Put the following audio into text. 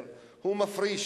זה פשוט מאוד,